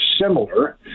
similar